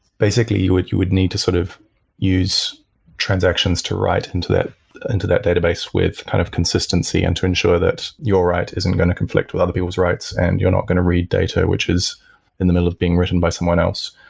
basically you would you would need to sort of use transactions to write into that into that database with kind of consistency and to ensure that your write isn't going to conflict with other people's writes and you're not going to read data, which is in the middle of being written by someone else.